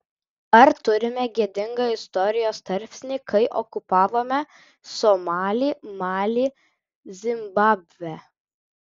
ar turime gėdingą istorijos tarpsnį kai okupavome somalį malį zimbabvę